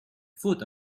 foot